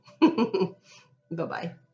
Bye-bye